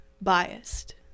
biased